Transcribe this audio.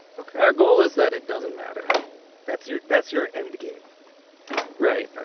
ok our goal is that it doesn't matter that's your that's your endgame right,